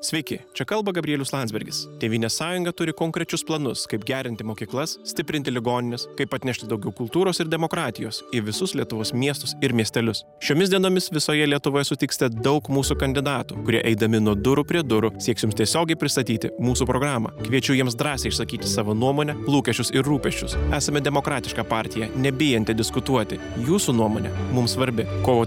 sveiki čia kalba gabrielius landsbergis tėvynės sąjunga turi konkrečius planus kaip gerinti mokyklas stiprinti ligonines kaip atnešti daugiau kultūros ir demokratijos į visus lietuvos miestus ir miestelius šiomis dienomis visoje lietuvoje sutiksite daug mūsų kandidatų kurie eidami nuo durų prie durų sieks jums tiesiogiai pristatyti mūsų programą kviečiu jiems drąsiai išsakyti savo nuomonę lūkesčius ir rūpesčius esame demokratiška partija nebijanti diskutuoti jūsų nuomonė mums svarbi kovo